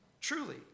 truly